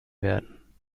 werden